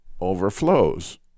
overflows